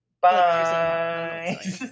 bye